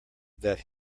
that